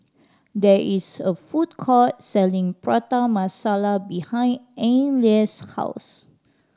there is a food court selling Prata Masala behind Anneliese's house